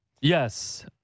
Yes